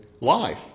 life